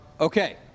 Okay